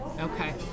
okay